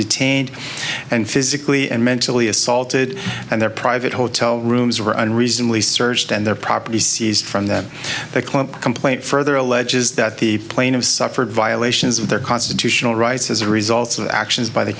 detained and physically and mentally assaulted and their private hotel rooms are unreasonably searched and their property seized from them they claim a complaint further alleges that the plane of suffered violations of their constitutional rights as a result of actions by the